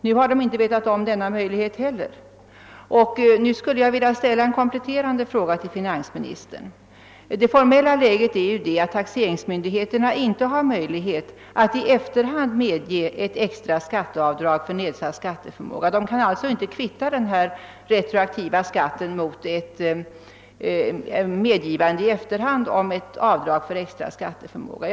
Nu har de inte heller känt till denna möjlighet, och jag skulle därför vilja ställa en kompletterande fråga till finansministern. Det formella läget är ju det att taxeringsmyndigheterna i efterhand inte kan medge ett extra skatteavdrag vid nedsatt skatteförmåga, och de kan alltså inte kvitta den här retroaktiva skatten mot ett medgivande i efterhand om avdrag för nedsatt skatteförmåga.